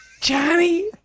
Johnny